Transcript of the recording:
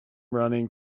running